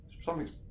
something's